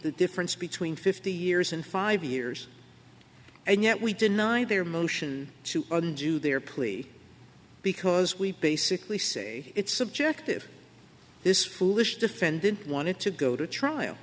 the difference between fifty years and five years and yet we deny their motion to do their plea because we basically say it's subjective this foolish defendant wanted to go to trial